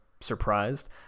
surprised